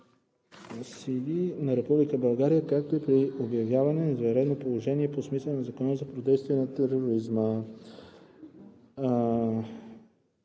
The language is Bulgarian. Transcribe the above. сили на Република България, както и при обявяване на извънредно положение по смисъла на Закона за противодействие на тероризма